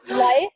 Life